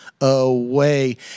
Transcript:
away